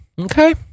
Okay